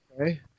Okay